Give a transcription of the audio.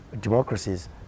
democracies